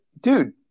Dude